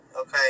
Okay